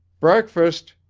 breakfast,